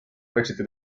brexiti